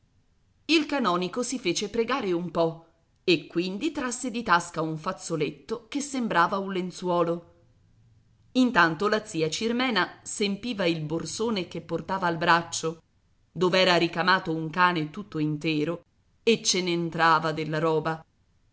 il canonico si fece pregare un po e quindi trasse di tasca un fazzoletto che sembrava un lenzuolo intanto la zia cirmena s'empiva il borsone che portava al braccio dov'era ricamato un cane tutto intero e ce n'entrava della roba